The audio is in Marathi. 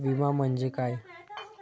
विमा म्हणजे काय?